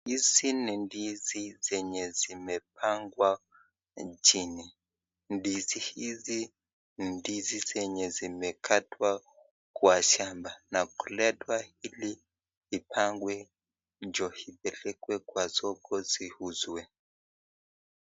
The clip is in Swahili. Hizi ni ndizi zenye zimepangwa chini, ndizi hizi ni ndizi zenye zimekatwa kwa shamba, na kuletwa ili zipangwe ndio ipelekwe kwa soko iuzwe.